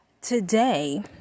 today